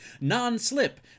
non-slip